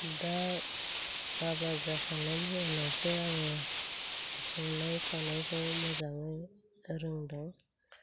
दा हाबा जाखांनायनि उनावसो आङो संनाय खावनायखौ मोजाङै रोंदों